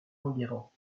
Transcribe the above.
enguerrand